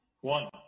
one